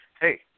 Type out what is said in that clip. hey